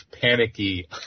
panicky